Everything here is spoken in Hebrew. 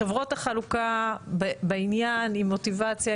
חברות החלוקה בעניין עם מוטיבציה,